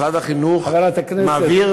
משרד החינוך מעביר,